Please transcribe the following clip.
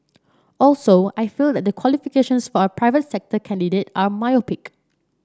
also I feel that the qualifications for a private sector candidate are myopic